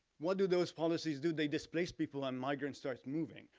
what do those policies do? they displace people and migrant starts moving,